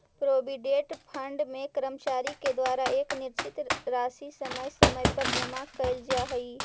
provident fund में कर्मचारि के द्वारा एक निश्चित राशि समय समय पर जमा कैल जा हई